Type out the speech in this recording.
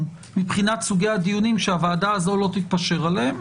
מבחינת סוגי הדיונים שהוועדה לא תתפשר עליהם,